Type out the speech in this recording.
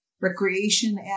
recreation